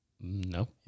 No